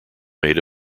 made